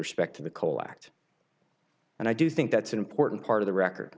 respect to the cole act and i do think that's an important part of the record